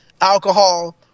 alcohol